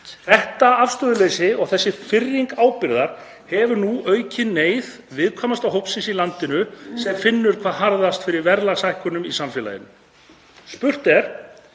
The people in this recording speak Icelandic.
Þetta afstöðuleysi og þessi firring ábyrgðar hefur nú aukið á neyð viðkvæmasta hópsins í landinu sem finnur hvað harðast fyrir verðlagshækkunum í samfélaginu. Spurt er: